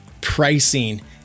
pricing